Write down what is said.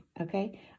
Okay